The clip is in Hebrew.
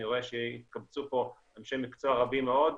אני רואה שהתקבצו פה אנשי מקצוע רבים מאוד,